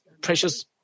precious